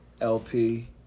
LP